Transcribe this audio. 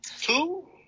Two